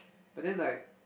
but then like